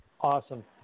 Awesome